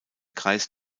kreis